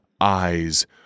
eyes